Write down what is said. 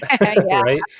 right